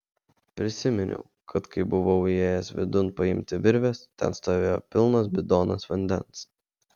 prisiminiau kad kai buvau įėjęs vidun paimti virvės ten stovėjo pilnas bidonas vandens